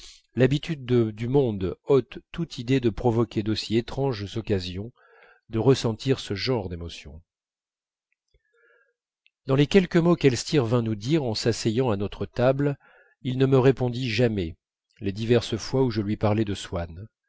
l'habitude du monde ôte toute idée de provoquer d'aussi étranges occasions de ressentir ce genre d'émotions dans les quelques mots qu'elstir vint nous dire en s'asseyant à notre table il ne me répondit jamais les diverses fois où je lui parlai de swann